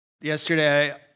Yesterday